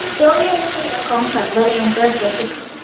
चोवीह सौ रखो अंकल भले इंट्रेस्ट वधीक पए